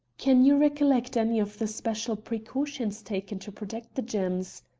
can you recollect any of the special precautions taken to protect the gems?